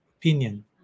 opinion